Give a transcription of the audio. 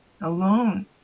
alone